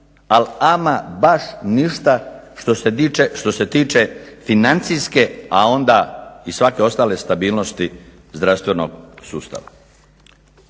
al' ama baš ništa, što se tiče financijske a onda i svake ostale stabilnosti zdravstvenog sustava.